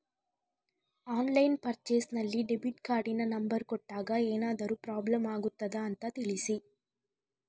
Online purchase ನಲ್ಲಿ debit ಕಾರ್ಡಿನ number ಕೊಟ್ಟಾಗ ಏನಾದರೂ ಪ್ರಾಬ್ಲಮ್ ಆಗುತ್ತದ ಅಂತ ತಿಳಿಸಿ?